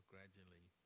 gradually